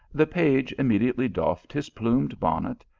the page immediately doffed his plumed bonnet,